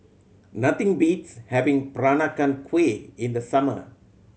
nothing beats having Peranakan Kueh in the summer